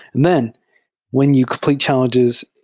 and then when you complete challenges,